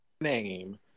name